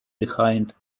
behind